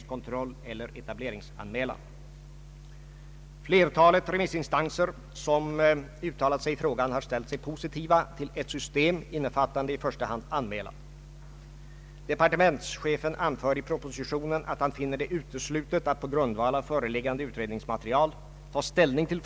Stödet skulle utgå i tre år för varje årsarbetskraft, varmed arbetsstyrkan utökades, de två första åren med 5 000 kronor och det tredje året med 2500 kronor. Sys Ang.